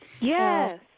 Yes